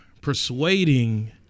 persuading